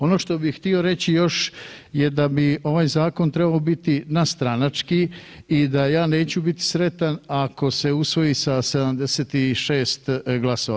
Ono što bih htio reći još je da bi ovaj zakon trebao biti nadstranački i da ja neću biti sretan ako se usvoji sa 76 glasova.